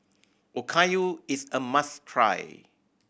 okayu is a must try